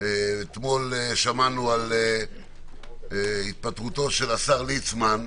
אתמול שמענו על התפטרותו של השר ליצמן.